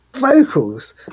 vocals